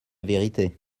vérité